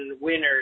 winners